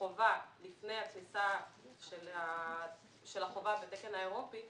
חובה לפני הכניסה של החובה בתקן האירופאי,